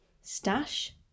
stash